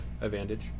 advantage